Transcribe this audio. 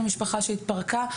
אנחנו משפחה שהתפרקה.